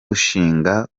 gushinga